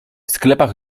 sklepach